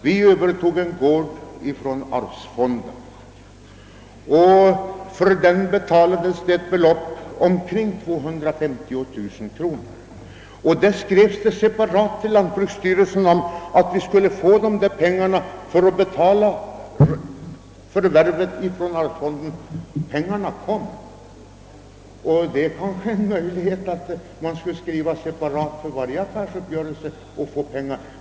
Vi övertog från arvsfonden en gård, för vilken betalades omkring 250 000 kronor. Vi skrev separat till lantbruksstyrelsen om att få pengar för att betala vårt förvärv från arvsfonden. Pengarna kom! Kanske öppnar detta en möjlighet att få pengar, om man skriver separat efter varje affärsuppgörelse.